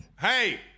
Hey